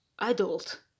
adult